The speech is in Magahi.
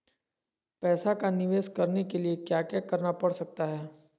पैसा का निवेस करने के लिए क्या क्या करना पड़ सकता है?